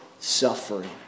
Suffering